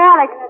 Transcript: Alex